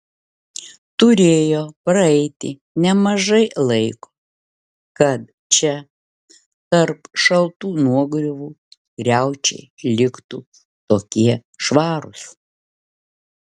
turėjo praeiti nemažai laiko kad čia tarp šaltų nuogriuvų griaučiai liktų tokie švarūs